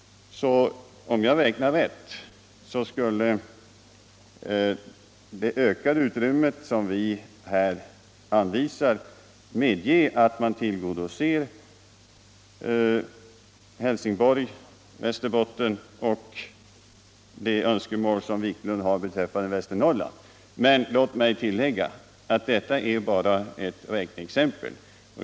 Om jag räknat rätt skulle det ökade utrymme som vi här anvisar medge att man tillgodosåg önskemålen när det gäller Helsingborg, Västerbotten och Västernorrland. Men låt mig tillägga att detta är ett räkneexempel.